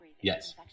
Yes